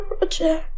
Roger